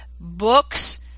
books